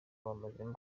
bamazemo